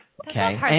Okay